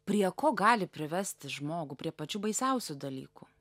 prie ko gali privesti žmogų prie pačių baisiausių dalykų